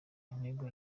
inteko